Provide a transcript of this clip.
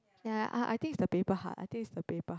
ya I I think is the paper hard I think is the paper hard